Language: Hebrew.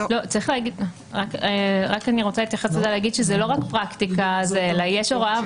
אני רוצה להתייחס ולומר שזה לא רק פרקטיקה אלא יש הוראה